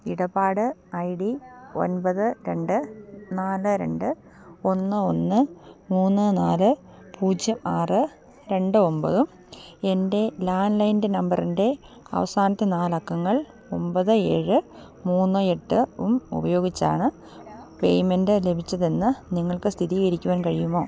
ഇടപാട് I D ഒൻപത് രണ്ട് നാല് രണ്ട് ഒന്ന് ഒന്ന് മൂന്ന് നാല് പൂജ്യം ആറ് രണ്ട് ഒമ്പതും എൻ്റെ ലാൻഡ് ലൈനിൻ്റെ നമ്പറിൻ്റെ അവസാനത്തെ നാലക്കങ്ങൾ ഒമ്പത് ഏഴ് മൂന്ന് എട്ടും ഉപയോഗിച്ചാണ് പേയ്മെൻ്റ് ലഭിച്ചതെന്ന് നിങ്ങൾക്ക് സ്ഥിരീകരിക്കുവാൻ കഴിയുമോ